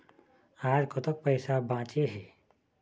आज कतक पैसा बांचे हे?